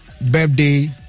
birthday